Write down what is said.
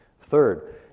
Third